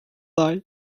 die